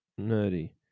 nerdy